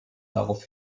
darauf